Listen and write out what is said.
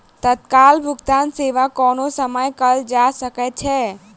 तत्काल भुगतान सेवा कोनो समय कयल जा सकै छै